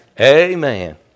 Amen